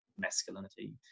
masculinity